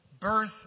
Birth